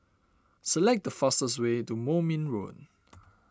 select the fastest way to Moulmein Road